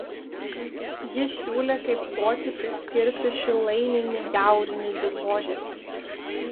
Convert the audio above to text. jis siūlė kaip potipį skirti šilaininį jaurinį dirvožemį